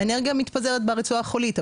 האנרגיה מתפזרת ברצועה החולית.